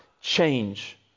change